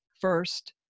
first